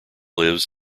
lives